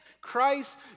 Christ